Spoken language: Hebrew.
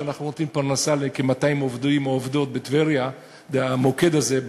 שאנחנו נותנים פרנסה לכ-200 עובדים ועובדות בטבריה במוקד הזה,